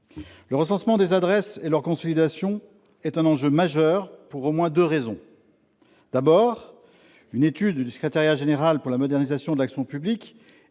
Le recensement des adresses et leur consolidation sont un enjeu majeur pour au moins deux raisons. D'abord, une étude du secrétariat général pour la modernisation de l'action publique